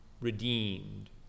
redeemed